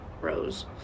Rose